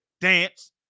dance